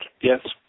Yes